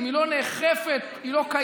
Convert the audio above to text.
אם היא לא נאכפת, היא לא קיימת.